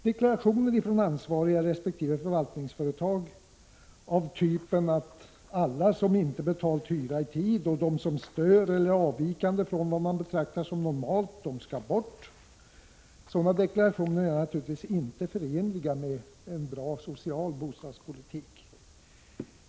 Deklarationer från ansvariga i resp. förvaltningsföretag, t.ex. att alla som inte betalt hyra i tid och att alla som stör eller är avvikande från vad man betraktar som normalt skall bort, är naturligtvis inte förenliga med en bra social bostadspolitik.